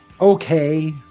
okay